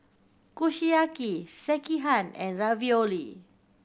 Kushiyaki Sekihan and Ravioli